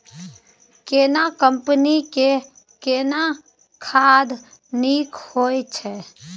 केना कंपनी के केना खाद नीक होय छै?